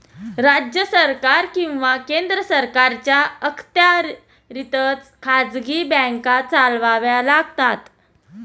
राज्य सरकार किंवा केंद्र सरकारच्या अखत्यारीतच खाजगी बँका चालवाव्या लागतात